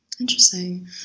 Interesting